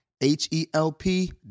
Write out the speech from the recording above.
H-E-L-P